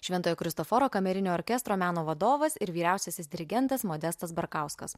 šventojo kristoforo kamerinio orkestro meno vadovas ir vyriausiasis dirigentas modestas barkauskas